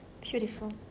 Beautiful